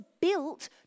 built